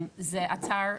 זה אתר,